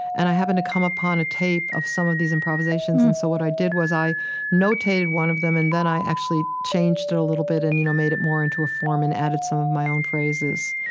and i happened to come upon a tape of some of these improvisations. so what i did was i notated one of them and then i actually changed it a little bit and, you know, made it more into a form and added some of my own phrases.